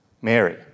Mary